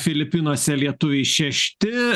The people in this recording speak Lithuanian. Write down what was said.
filipinuose lietuviai šešti